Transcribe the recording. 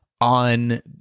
on